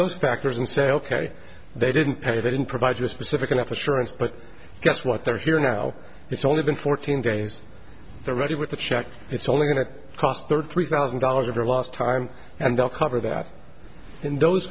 those factors and say ok they didn't pay they didn't provide you a specific enough to surance but guess what they're hearing now it's only been fourteen days they're ready with the check it's only going to cost thirty three thousand dollars or last time and they'll cover that in those